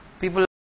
People